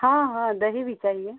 हाँ हाँ दही भी चाहिए